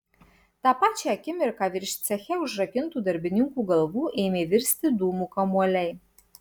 tą pačią akimirką virš ceche užrakintų darbininkų galvų ėmė virsti dūmų kamuoliai